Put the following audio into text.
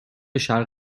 شرق